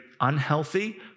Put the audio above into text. unhealthy